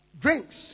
drinks